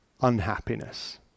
Unhappiness